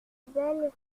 belle